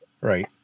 right